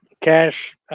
cash